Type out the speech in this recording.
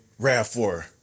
RAV4